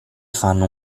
fanno